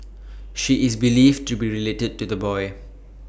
she is believed to be related to the boy